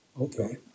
Okay